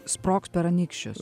sprogt per anykščius